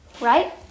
Right